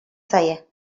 zaie